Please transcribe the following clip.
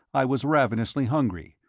i was ravenously hungry,